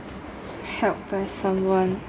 help by someone